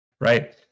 right